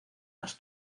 las